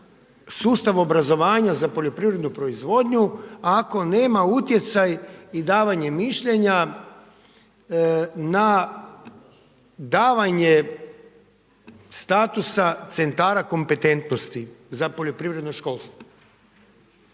sustav obrazovanja za poljoprivrednu proizvodnju ako nema utjecaj i davanje mišljenja na davanje statusa centara kompetentnosti za poljoprivredno školstvo.